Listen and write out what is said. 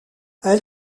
elle